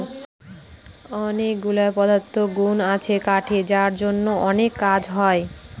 অনেকগুলা পদার্থগুন আছে কাঠের যার জন্য অনেক কাজ হয়